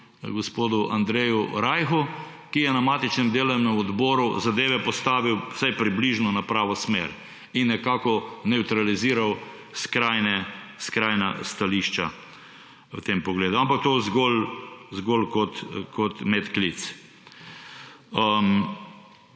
gospodu Andreju Rajhu, ki je na matičnem delovnem odboru zadeve postavil vsaj približno na pravo smer in nekako nevtraliziral skrajna stališča v tem pogledu. Ampak to zgolj kot medklic.